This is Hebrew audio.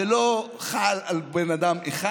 זה לא חל על בן אדם אחד,